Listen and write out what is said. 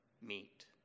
meet